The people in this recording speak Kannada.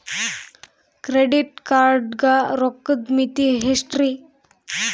ಕ್ರೆಡಿಟ್ ಕಾರ್ಡ್ ಗ ರೋಕ್ಕದ್ ಮಿತಿ ಎಷ್ಟ್ರಿ?